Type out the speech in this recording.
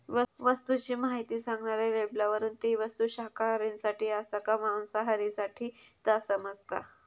वस्तूची म्हायती सांगणाऱ्या लेबलावरून ती वस्तू शाकाहारींसाठी आसा काय मांसाहारींसाठी ता समाजता